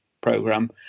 program